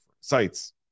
sites